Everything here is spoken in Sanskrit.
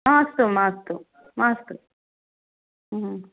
मास्तु मास्तु मास्तु